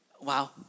Wow